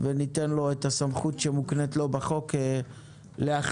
וניתן לו את הסמכות שמוקנית לו בחוק להחליט.